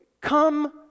come